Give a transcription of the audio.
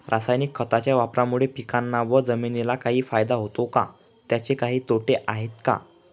रासायनिक खताच्या वापरामुळे पिकांना व जमिनीला काही फायदा होतो का? त्याचे काही तोटे आहेत का?